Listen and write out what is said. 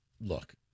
look